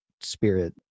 spirit